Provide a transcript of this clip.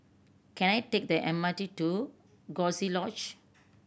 can I take the M R T to Coziee Lodge